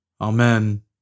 Amen